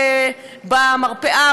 במרפאה,